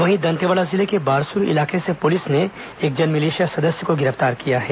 वहीं दंतेवाड़ा जिले के बारसूर इलाके से पुलिस ने एक जनमिलिशिया सदस्य को गिरफ्तार किया है